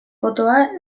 potoa